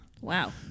Wow